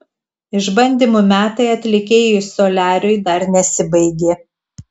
išbandymų metai atlikėjui soliariui dar nesibaigė